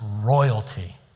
royalty